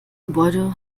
gebäude